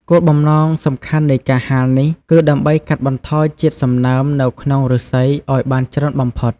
គោលបំណងសំខាន់នៃការហាលនេះគឺដើម្បីកាត់បន្ថយជាតិសំណើមនៅក្នុងឫស្សីឲ្យបានច្រើនបំផុត។